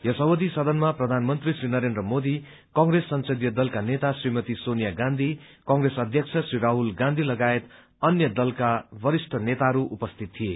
यस अविध सदनमा प्रधानमन्त्री श्री नरेन्द्र मोदी कंप्रेस संसदीय दलका नेता श्रीमती सोनिया गाँधी कंप्रेस अध्यक्ष श्री राहुल गाँधी लगायत अन्य दलहरूका वरिष्ठ नेता उपस्थित थिए